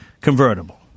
convertible